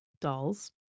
dolls